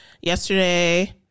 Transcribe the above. yesterday